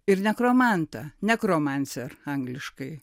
ir nekromantą necromancer angliškai